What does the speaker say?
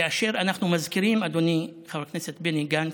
כאשר אנחנו מזכירים, אדוני חבר הכנסת בני גנץ,